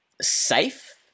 safe